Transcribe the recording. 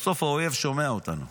בסוף האויב שומע אותנו.